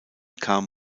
kam